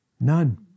None